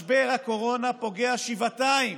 משבר הקורונה פוגע שבעתיים